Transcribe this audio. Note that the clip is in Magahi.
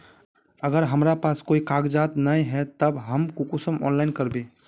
अगर हमरा पास कोई कागजात नय है तब हम कुंसम ऑनलाइन करबे?